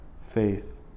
faith